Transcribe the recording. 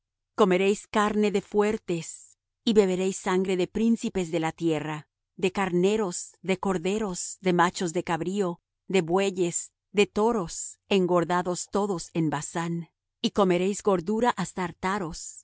comeréis carne de fuertes y beberéis sangre de príncipes de la tierra de carneros de corderos de machos de cabrío de bueyes de toros engordados todos en basán y comeréis gordura hasta